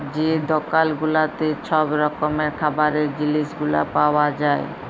যে দকাল গুলাতে ছব রকমের খাবারের জিলিস গুলা পাউয়া যায়